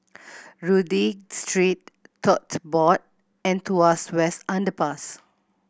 Rodyk Street Tote Board and Tuas West Underpass